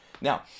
Now